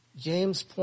James